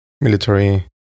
Military